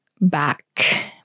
back